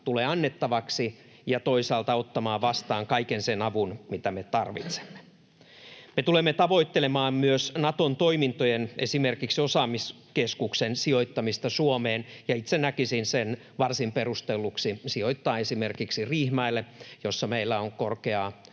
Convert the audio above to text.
tulee annettavaksi, ja toisaalta ottamaan vastaan kaiken sen avun, mitä me tarvitsemme. Me tulemme tavoittelemaan myös Naton toimintojen, esimerkiksi osaamiskeskuksen, sijoittamista Suomeen, ja itse näkisin varsin perustelluksi sijoittaa se esimerkiksi Riihimäelle, jossa meillä on korkeaa